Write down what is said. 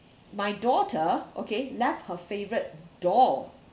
my daughter okay left her favourite doll